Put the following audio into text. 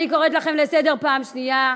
צועקת עלי?